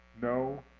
No